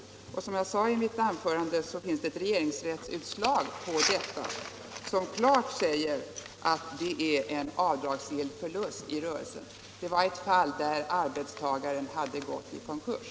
Som jag sade i mitt förra anförande finns det också ett regeringsrättsutslag på detta, som klart anger att det är en avdragsgill förlust i rörelsen. Det utslaget gällde ett fall där arbetstagaren hade gått i konkurs.